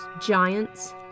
giants